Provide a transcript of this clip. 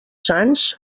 sants